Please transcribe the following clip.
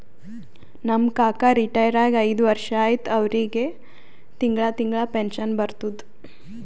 ನಮ್ ಕಾಕಾ ರಿಟೈರ್ ಆಗಿ ಐಯ್ದ ವರ್ಷ ಆಯ್ತ್ ಅವ್ರಿಗೆ ತಿಂಗಳಾ ತಿಂಗಳಾ ಪೆನ್ಷನ್ ಬರ್ತುದ್